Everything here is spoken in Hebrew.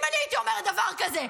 אם אני הייתי אומרת דבר כזה,